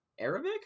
Arabic